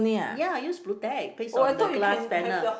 ya I use blu-tack paste on the glass panel